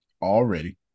already